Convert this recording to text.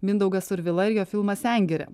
mindaugas survila ir jo filmas sengirė